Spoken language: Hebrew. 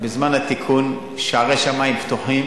בזמן התיקון, שערי שמים פתוחים,